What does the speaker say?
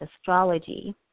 astrology